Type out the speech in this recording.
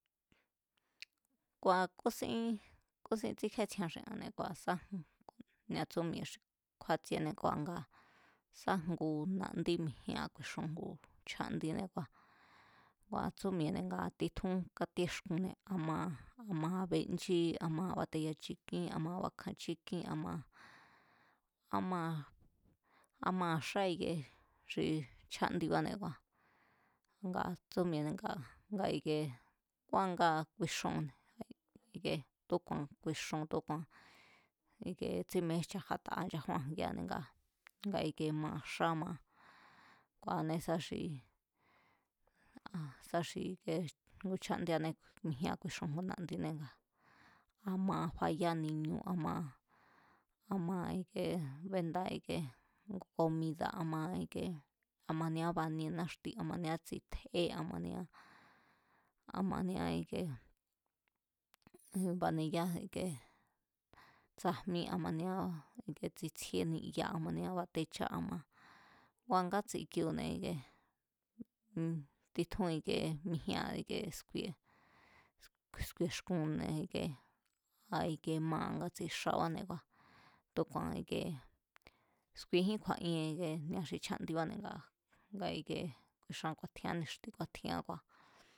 Kua̱ kúsín kúsin tsíkjetsjiean xi anne̱, kua̱ sá ku̱nia tsú mi̱e̱ xi kjúátsiene kua̱ nga sa jngu na̱andí mijíéa̱n ku̱i̱xoo̱n ngu chjándine kua̱, ngua̱ tsú mi̱e̱ne̱ nga titjún kátíexkunne̱, a̱ma, a̱ma benchí, a̱maa̱ bateya chikín, a̱maa̱ bakjan chíkín amaa̱, amaa̱, amaa̱ xa ikie xi chjándibáne̱ kua̱ tsú mi̱e̱ne̱ nga, nga ikie kua̱ ngaa̱ ku̱i̱xoo̱nne̱ ike tu̱úku̱a̱n ku̱i̱xoo̱n tu̱úku̱a̱n ikee tsémee jchajátaa̱ nchajúa̱n jgira̱ne̱ ngaa̱, nga kie maa̱ xá maa̱ ku̱a̱ane sá xi aa̱n sa xi ike ngu chjádíanée̱ mijíea̱ ku̱i̱xoo̱n na̱andinée̱ ngaa̱ a maa̱ fayá ni̱ñu̱ a maa̱ ikee, benda ike ngu komida̱, a maa̱ ikee a maniá banie náxti, a maniá tsitje, a mania ike baneyá ike tsajmí, a mania a̱ndé tsitsjíe niya a maniá batechá ama, ngua̱ ngatsi kioo-ne̱ ikie, titjún ikie mijíéa̱n ikie sku̱i̱e̱, sku̱i̱e̱xkune̱ ike a maa̱ ngatsi xabáne̱ kua̱ tu̱úku̱a̱n ikie sku̱i̱e̱jín kju̱a̱ien ikie ni̱a xi chjándibáne̱ ngaa̱, nga ike chan ku̱a̱tjián ni̱xti ku̱a̱tjian kua̱